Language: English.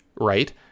right